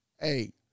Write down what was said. hey